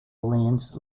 orleans